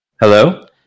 Hello